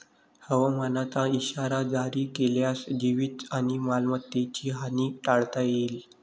हवामानाचा इशारा जारी केल्यास जीवित आणि मालमत्तेची हानी टाळता येईल